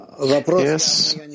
Yes